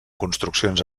construccions